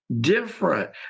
different